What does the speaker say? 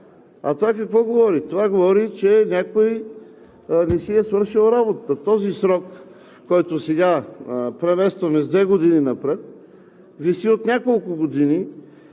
А това какво говори? Това говори, че някой не си е свършил работата. Този срок, който сега преместваме с две години напред, виси от няколко години